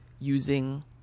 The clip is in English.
using